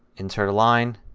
insert a line,